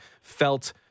felt